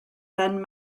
ben